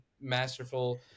masterful